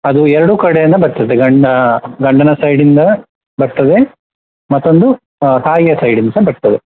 ಅದು ಎರಡೂ ಕಡೆಯಿಂದ ಬರ್ತದೆ ಗಂಡ ಗಂಡನ ಸೈಡಿಂದ ಬರ್ತದೆ ಮತ್ತೊಂದು ತಾಯಿಯ ಸೈಡಿಂದ ಸಹ ಬರ್ತದೆ